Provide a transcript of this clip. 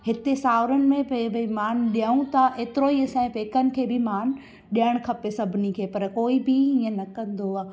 हिते साहुरनि में भाई मान ॾियूं था एतिरो ई असांजे पेकनि खे बि मान ॾियणु खपे सभिनी खे पर कोई बि हीअं न कंदो आ